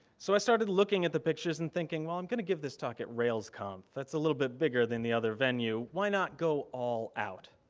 so, i started looking at the pictures and thinking, well i'm gonna give this talk at railsconf. that's a little bit bigger than the other venue. why not go all out?